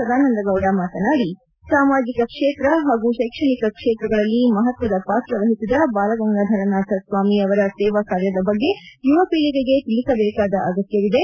ಸದಾನಂದ ಗೌಡ ಮಾತನಾಡಿ ಸಾಮಾಜಿಕ ಕ್ಷೇತ್ರ ಹಾಗೂ ಶೈಕ್ಷಣಿಕ ಕ್ಷೇತ್ರದಲ್ಲಿ ಮಹತ್ವದ ಪಾತ್ರವಹಿಸಿದ ಬಾಲಗಂಗಾಧರನಾಥ ಸ್ವಾಮಿ ಅವರ ಸೇವಾ ಕಾರ್ಯದ ಬಗ್ಗೆ ಯುವ ಪೀಳಿಗೆಗೆ ತಿಳಿಸಬೇಕಾದ ಅಗತ್ಯವಿದೆ